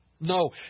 No